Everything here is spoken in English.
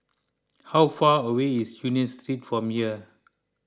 how far away is Union Street from here